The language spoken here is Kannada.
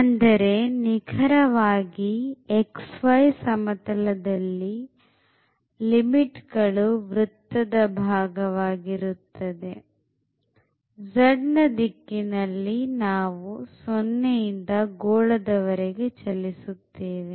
ಅಂದರೆ ನಿಖರವಾಗಿ xy ಸಮತಲದಲ್ಲಿ ಲಿಮಿಟ್ ಗಳು ವೃತ್ತದ ಭಾಗವಾಗಿರುತ್ತದೆ z ದಿಕ್ಕಿನಲ್ಲಿ ನಾವು 0 ಇಂದ ಗೋಳದ ವರೆಗೆ ಚಲಿಸುತ್ತೇವೆ